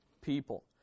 people